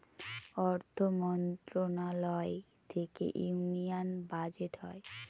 অর্থ মন্ত্রণালয় থেকে ইউনিয়ান বাজেট হয়